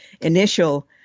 initial